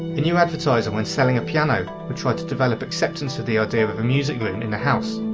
a new advertiser when selling a piano but try to develop acceptance of the idea of of a music room in the house,